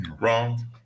wrong